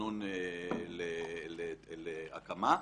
תכנון להקמה.